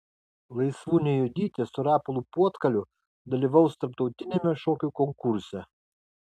laisvūnė juodytė su rapolu puotkaliu dalyvaus tarptautiniame šokių konkurse